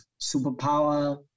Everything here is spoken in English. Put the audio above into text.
superpower